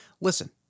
Listen